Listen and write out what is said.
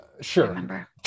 sure